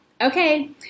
Okay